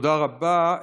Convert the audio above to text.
תודה רבה.